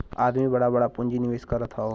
आदमी बड़ा बड़ा पुँजी निवेस करत हौ